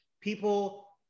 People